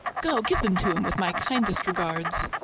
go, give them to him with my kindest regards.